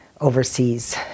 overseas